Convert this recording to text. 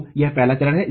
तो यह पहला चरण है